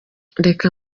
reka